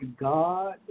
God